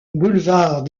boulevard